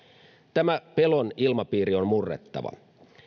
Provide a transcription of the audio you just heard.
tämä pelon ilmapiiri on murrettava